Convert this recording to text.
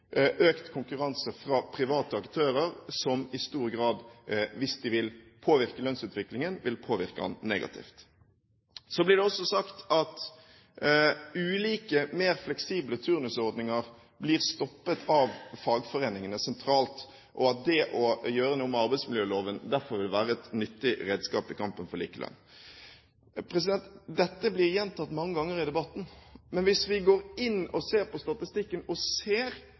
økt konkurranse fra private aktører som i stor grad – hvis de vil påvirke lønnsutviklingen – påvirker den negativt. Så blir det også sagt at ulike, mer fleksible turnusordninger blir stoppet av fagforeningene sentralt, og at det å gjøre noe med arbeidsmiljøloven derfor vil være et nyttig redskap i kampen for likelønn. Dette blir gjentatt mange ganger i debatten. Men hvis vi går inn og ser på statistikken og ser